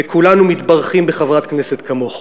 וכולנו מתברכים בחברת כנסת כמוך.